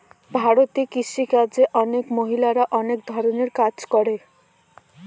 ভারতে কৃষি কাজে অনেক মহিলারা অনেক ধরনের কাজ করে